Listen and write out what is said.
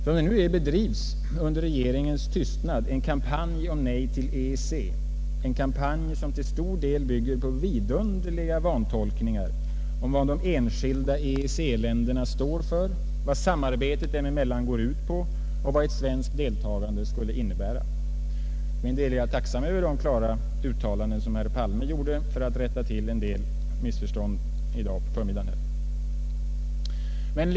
Som det nu är bedrivs under regeringens tystnad en kampanj om nej till EEC, en kampanj som till stor del bygger på vidunderliga vantolkningar av vad de enskilda EEC-länderna står för, vad samarbetet dem emellan går ut på och vad ett svenskt deltagande skulle innebära. Jag är tacksam över de klara uttalanden som herr Palme gjorde för att rätta till en del missförstånd i dag på förmiddagen.